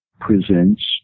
presents